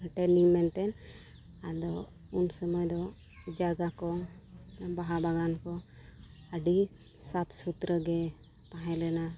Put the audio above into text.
training ᱢᱮᱱᱛᱮ ᱟᱫᱚ ᱩᱱ ᱥᱚᱢᱚᱭ ᱫᱚ ᱡᱟᱭᱜᱟ ᱠᱚ ᱵᱟᱦᱟ ᱵᱟᱜᱟᱱ ᱠᱚ ᱟᱹᱰᱤ ᱥᱟᱯᱷ ᱥᱩᱛᱨᱟᱹ ᱜᱮ ᱛᱟᱦᱮᱸ ᱞᱮᱱᱟ